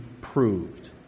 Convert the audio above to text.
proved